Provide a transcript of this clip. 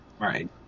Right